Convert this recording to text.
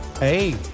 Hey